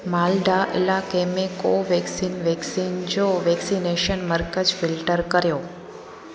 मालडा इलाके में कोवेक्सीन वैक्सीन जो वैक्सनेशन मर्कज़ फिल्टर कयो